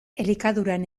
elikaduran